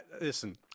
listen